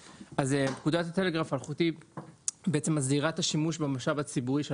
פקודת הטלגרף האלחוטי מסדירה את השימוש במשאב הציבורי של